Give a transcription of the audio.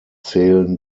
zählen